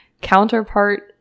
counterpart